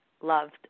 loved